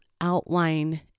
outline